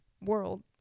world